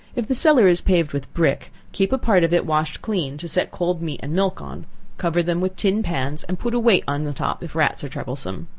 if the cellar is paved with brick, keep a part of it washed clean, to set cold meat and milk on cover them with tin pans and put a weight on the top if rats are troublesome.